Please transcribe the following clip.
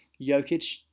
Jokic